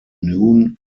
noon